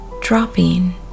dropping